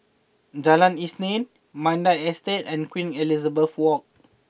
Jalan Isnin Mandai Estate and Queen Elizabeth Walk